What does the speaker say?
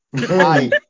Hi